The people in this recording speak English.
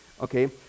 Okay